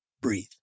Breathe